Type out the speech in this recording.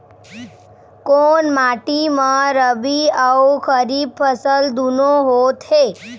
कोन माटी म रबी अऊ खरीफ फसल दूनों होत हे?